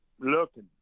looking